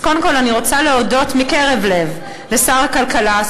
אז קודם כול אני רוצה להודות מקרב לב לשר הכלכלה,